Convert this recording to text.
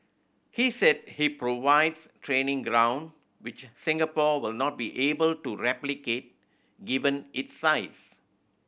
he said he provides training ground which Singapore will not be able to replicate given its size